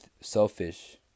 selfish